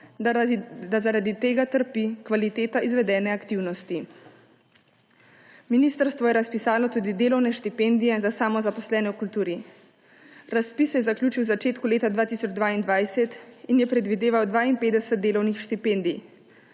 da zaradi tega trpi kvaliteta izvedene aktivnosti. Ministrstvo je razpisalo tudi delovne štipendije za samozaposlene v kulturi. Razpis se je zaključil v začetku leta 2022 in je predvideval 52 delovnih štipendij.